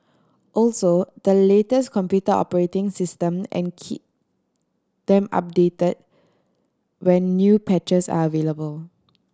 also the latest computer operating system and key them update when new patches are available